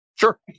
Sure